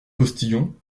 postillon